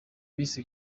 miss